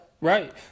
Right